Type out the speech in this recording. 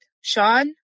Sean